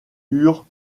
eurent